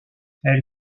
elle